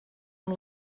amb